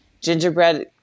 gingerbread